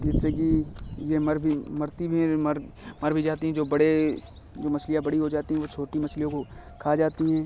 जिससे कि यह मर भी मरती भी हैं रे मर मर भी जाती हैं जो बड़े जो मछलियाँ बड़ी हो जाती हैं वह छोटी मछलियों को खा जाती हैं